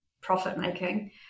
profit-making